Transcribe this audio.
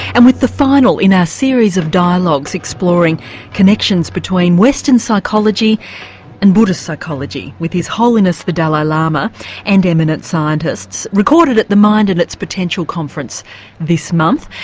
and with the final in our series of dialogues exploring connections between western psychology and buddhist psychology with his holiness the dalai lama and eminent scientists, recorded at the mind and its potential conference this month.